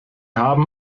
haben